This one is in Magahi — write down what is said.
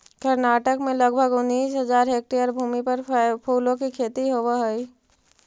कर्नाटक में लगभग उनीस हज़ार हेक्टेयर भूमि पर फूलों की खेती होवे हई